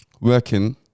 working